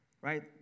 right